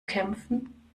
kämpfen